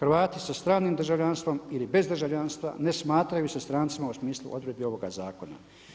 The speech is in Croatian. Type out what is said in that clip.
„Hrvati sa stranim državljanstvom ili bez državljanstva ne smatraju se strancima u smislu odredbi ovoga zakona.